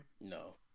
No